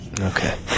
Okay